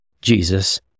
Jesus